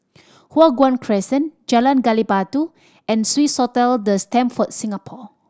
Hua Guan Crescent Jalan Gali Batu and Swissotel The Stamford Singapore